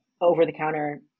over-the-counter